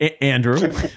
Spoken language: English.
Andrew